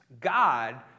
God